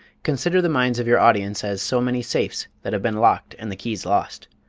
consider the minds of your audience as so many safes that have been locked and the keys lost.